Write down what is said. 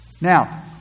Now